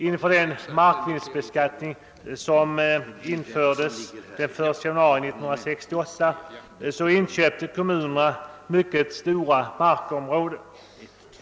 Inför den markvinstbeskattning som infördes den 1 januari 1968 inköpte kommunerna mycket stora markområden.